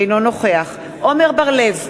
אינו נוכח עמר בר-לב,